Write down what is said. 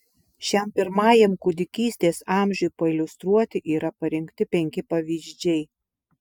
šiam pirmajam kūdikystės amžiui pailiustruoti yra parinkti penki pavyzdžiai